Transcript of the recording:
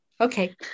Okay